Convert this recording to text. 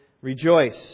Rejoice